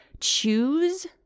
choose